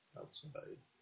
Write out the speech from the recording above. outside